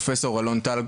פרופ' אלון טל,